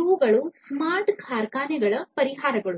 ಇವುಗಳು ಸ್ಮಾರ್ಟ್ ಕಾರ್ಖಾನೆಗಳ ಪರಿಹಾರಗಳು